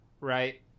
right